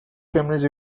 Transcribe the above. cambridge